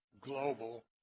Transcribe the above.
global